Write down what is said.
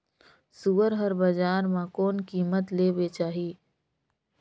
सुअर हर बजार मां कोन कीमत ले बेचाही?